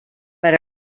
per